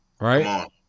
right